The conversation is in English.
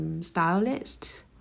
stylist